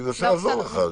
אני מנסה לעזור לך.